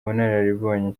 ubunararibonye